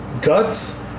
guts